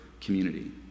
community